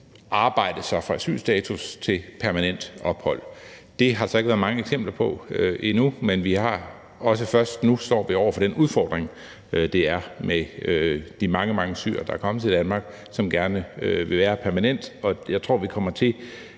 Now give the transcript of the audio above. arbejde sig fra asylstatus til permanent ophold. Det har der så ikke været mange eksempler på endnu, men det er også først nu, vi står over for den udfordring, der er med de mange, mange syrere, der er kommet til Danmark, og som gerne vil være her permanent. Og jeg tror, vi kommer til